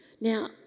Now